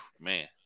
man